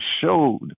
showed